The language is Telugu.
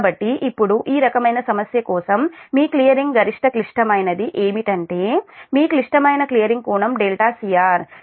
కాబట్టి ఇప్పుడు ఈ రకమైన సమస్య కోసం మీ క్లియరింగ్ గరిష్ట క్లిష్టమైనది ఏమిటంటే మీ క్లిష్టమైన క్లియరింగ్ కోణం δcr